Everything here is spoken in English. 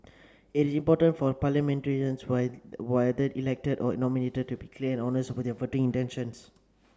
it is important for parliamentarians why whether elected or nominated to be clear and honest about their voting intentions